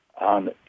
on